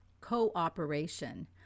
Cooperation